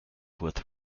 with